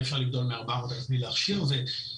אי אפשר לגדול מארבע מאות בכדי להכשיר זה מגדיר